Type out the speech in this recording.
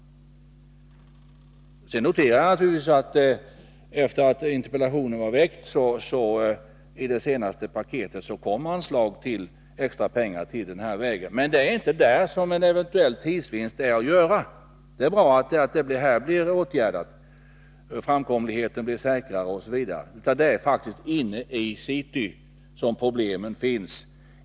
Sedan noterar jag naturligtvis att det i det senaste paketet, som kom efter det att interpellationen var väckt, anslås pengar till vägen. Det är bra att detta åtgärdas, att framkomligheten blir bättre osv., men det är inte där en eventuell tidsvinst är att göra, utan det är inne i city problemen finns.